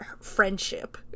friendship